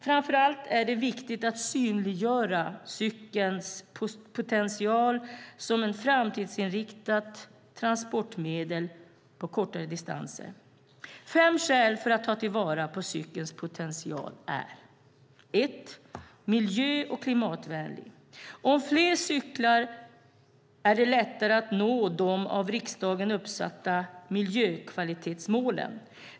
Framför allt är det viktigt att synliggöra cykelns potential som ett framtidsinriktat transportmedel på kortare distanser. Det finns fem skäl för att ta vara på cykelns potential: För det första är den miljö och klimatvänlig. Om fler cyklar är det lättare att nå de av riksdagen uppsatta miljökvalitetsmålen.